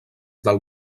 del